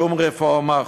שום רפורמה,